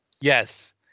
Yes